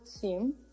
team